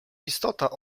istota